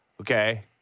Okay